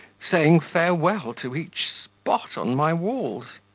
saying farewell to each spot on my walls.